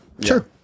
Sure